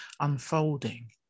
unfolding